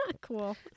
Cool